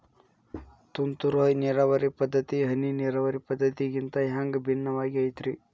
ತುಂತುರು ನೇರಾವರಿ ಪದ್ಧತಿ, ಹನಿ ನೇರಾವರಿ ಪದ್ಧತಿಗಿಂತ ಹ್ಯಾಂಗ ಭಿನ್ನವಾಗಿ ಐತ್ರಿ?